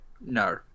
No